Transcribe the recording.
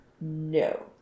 No